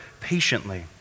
patiently